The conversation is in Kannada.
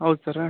ಹೌದ್ ಸರ್ರ